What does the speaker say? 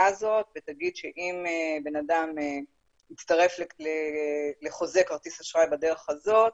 הזאת ותגיד שאם בן אדם מצטרף לחוזה כרטיס אשראי בדרך הזאת,